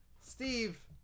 Steve